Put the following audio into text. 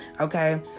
Okay